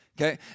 Okay